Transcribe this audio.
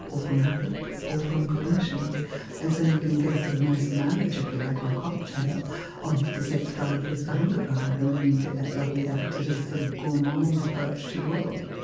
or from affects, or from cognitions and so you can get a sort of nice marriage, if you like, or a cocktail of the sex drive with the hunger drive. and then you get that lovely appetitive, sort of gourmand approach to the world.